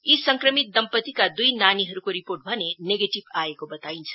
यी संक्रमित दम्पतीका द्ई नानीहरूको रिर्पोट भने नेगेटिभ आएको बताइन्छ